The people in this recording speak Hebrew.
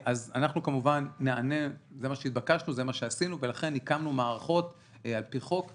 אז זה מה שעשינו ולכן הקמנו מערכות על-פי חוק,